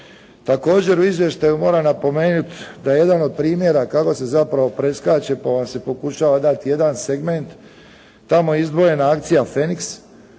Također u izvještaju moram napomenuti da jedan od primjera kako se zapravo preskače pa vam se pokušava dati jedan segment. Tamo je izdvojena akcija "Feniks"